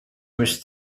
was